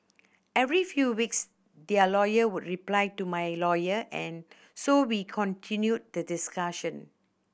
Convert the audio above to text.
every few weeks their lawyer would reply to my lawyer and so we continued the discussion